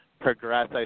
progress